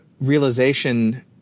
realization